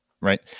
right